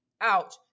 Ouch